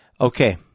okay